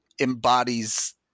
embodies